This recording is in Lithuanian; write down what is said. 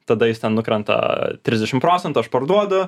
tada jis ten nukrenta trisdešim procentų aš parduodu